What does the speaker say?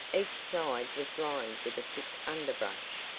each side was lined with a thick underbrush,